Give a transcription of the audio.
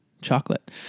chocolate